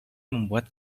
membuat